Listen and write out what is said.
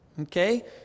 Okay